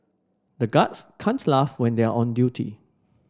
the guards laugh when they are on duty